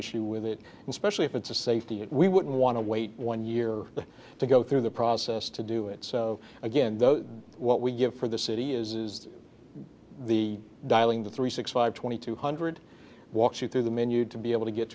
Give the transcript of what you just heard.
issue with it especially if it's a safety issue we wouldn't want to wait one year to go through the process to do it so again though what we give for the city is the dialing to three six five twenty two hundred walks you through the menu to be able to get